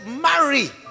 marry